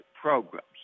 programs